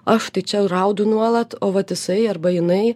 aš čia raudu nuolat o vat jisai arba jinai